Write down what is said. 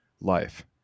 life